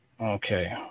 Okay